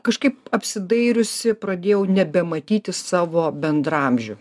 kažkaip apsidairiusi pradėjau nebematyti savo bendraamžių